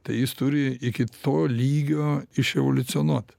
tai jis turi iki to lygio iševoliucionuot